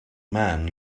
man